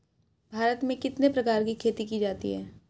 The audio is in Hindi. भारत में कितने प्रकार की खेती की जाती हैं?